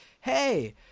hey